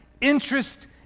interest